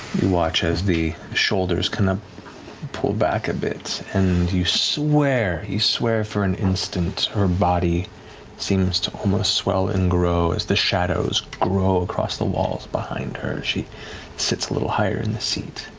watch as the shoulders kind of pull back a bit, and you swear, you swear for an instant, her body seems to um ah swell and grow as the shadows grow across the walls behind her, as she sits a little higher in the seat.